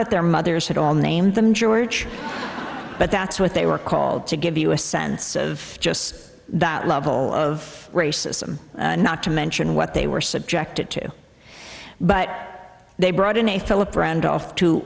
that their mothers had all named them george but that's what they were called to give you a sense of just that level of racism not to mention what they were subjected to but they brought in a philip randolph to